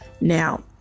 Now